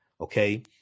Okay